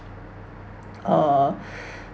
uh